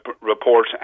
report